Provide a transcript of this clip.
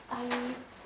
I